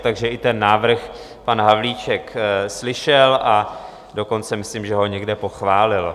Takže i ten návrh pan Havlíček slyšel, a dokonce myslím, že i někde pochválil.